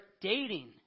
dating